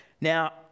Now